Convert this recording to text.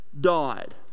died